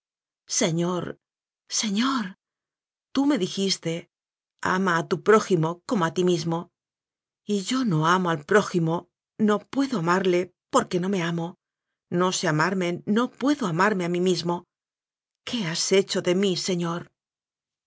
señor señor tú me dijiste ama a tu pró jimo como a ti mismo y yo no amo al pró jimo no puedo amarle porque no me amo no sé amarme nopuedo amárme á mí mismo qué has hecho de mí señor